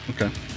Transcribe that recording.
Okay